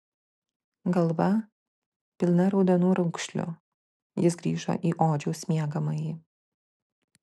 galva pilna raudonų raukšlių jis grįžo į odžiaus miegamąjį